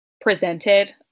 presented